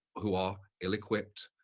who are ill equipped,